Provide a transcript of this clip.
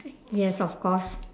yes of course